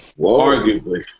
Arguably